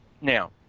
Now